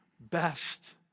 best